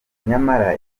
nyamara